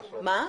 מה ההסכמה?